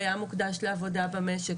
היה מוקדש לעבודה במשק.